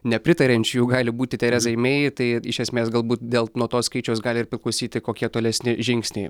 nepritariančiųjų gali būti terezai mei tai iš esmės galbūt dėl nuo to skaičiaus gali ir priklausyti kokie tolesni žingsniai